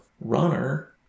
runner